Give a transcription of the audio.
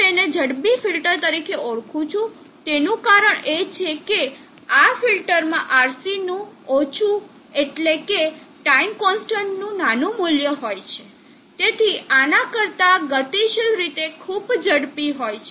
હું તેને ઝડપી ફિલ્ટર તરીકે ઓળખું છું તેનું કારણ એ છે કે આ ફિલ્ટરમાં RC નું ઓછું એટલેકે ટાઇમ કોન્સ્ટન્ટ નું નાનું મૂલ્ય હોય છે જેથી આના કરતા ગતિશીલ રીતે ખૂબ ઝડપી હોય